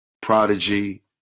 Prodigy